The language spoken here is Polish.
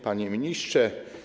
Panie Ministrze!